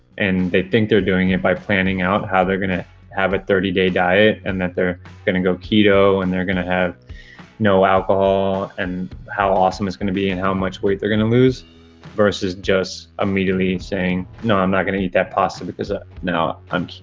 and they think they're doing it by planning out how they're going to have a thirty day diet and that they're going to go keto and they're going to have no alcohol and how awesome it's going to be and how much weight they're going to lose versus just immediately saying, no, i'm not going to eat that pasta because ah now i'm